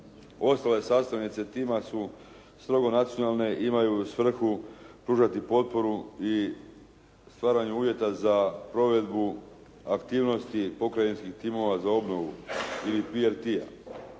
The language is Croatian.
Ostale sastavnice tima su strogo nacionalne i imaju svrhu pružati potporu i stvaranju uvjeta za provedbu aktivnosti pokrajinskih timova za obnovu ili PRT-a.